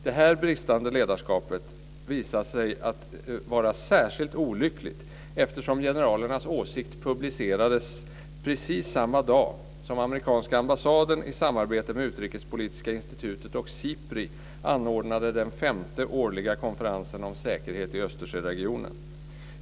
Det bristande ledarskapet visar sig vara särskilt olyckligt i det här fallet eftersom generalernas åsikt publicerades precis samma dag som amerikanska ambassaden i samarbete med Utrikespolitiska Institutet och SIPRI anordnade den femte årliga konferensen om säkerhet i Östersjöregionen.